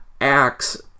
acts